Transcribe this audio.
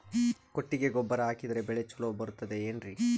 ಕೊಟ್ಟಿಗೆ ಗೊಬ್ಬರ ಹಾಕಿದರೆ ಬೆಳೆ ಚೊಲೊ ಬರುತ್ತದೆ ಏನ್ರಿ?